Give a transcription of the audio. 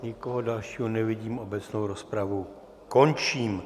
Nikoho dalšího nevidím, obecnou rozpravu končím.